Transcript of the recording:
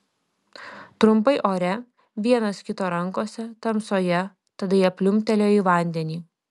trumpai ore vienas kito rankose tamsoje tada jie pliumptelėjo į vandenį